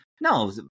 no